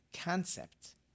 concept